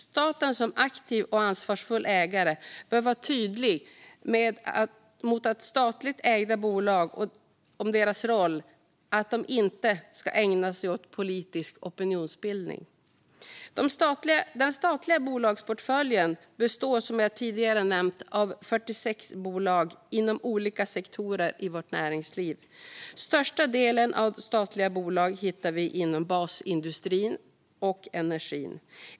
Staten som aktiv och ansvarsfull ägare bör vara tydlig mot de statligt ägda bolagen med att de inte ska ägna sig åt politisk opinionsbildning. Den statliga bolagsportföljen består, som jag tidigare nämnt, av 46 bolag inom olika sektorer i vårt näringsliv. Flest statliga bolag hittar vi inom basindustri och energi.